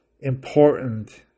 important